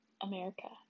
America